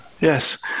Yes